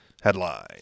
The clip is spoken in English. Headline